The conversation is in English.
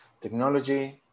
technology